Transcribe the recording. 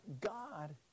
God